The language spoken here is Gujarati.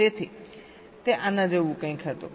તેથી તે આના જેવું કંઈક હતું